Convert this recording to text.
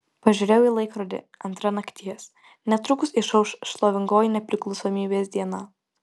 pažiūrėjau į laikrodį antra nakties netrukus išauš šlovingoji nepriklausomybės diena